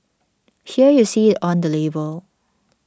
here you see it on the label